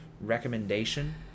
recommendation